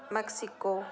Mexico